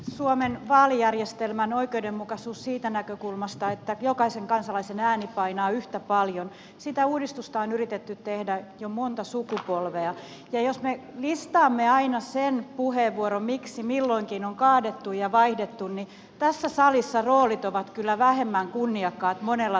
suomen vaalijärjestelmän oikeudenmukaisuutta siitä näkökulmasta että jokaisen kansalaisen ääni painaa yhtä paljon on yritetty uudistaa jo monta sukupolvea ja jos me listaamme aina sen puheenvuoron miksi milloinkin on kaadettu ja vaihdettu niin tässä salissa roolit ovat kyllä vähemmän kunniakkaat monella taholla